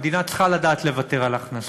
המדינה צריכה לדעת לוותר על הכנסות.